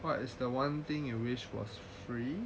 what is the one thing you wish was free